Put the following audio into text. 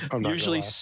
Usually